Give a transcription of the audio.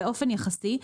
באופן יחסי,